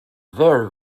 very